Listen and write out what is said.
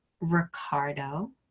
Ricardo